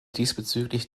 diesbezüglich